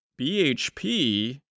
BHP